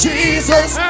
Jesus